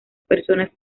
personas